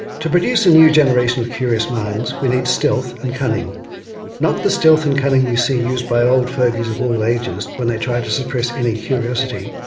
to produce a new generation of curious minds, we need stealth and cunning not the stealth and cunning we see used by old fogeys of all ages when they try to suppress any curiosity,